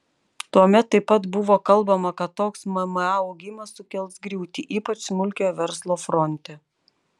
tuomet taip pat buvo kalbama kad toks mma augimas sukels griūtį ypač smulkiojo verslo fronte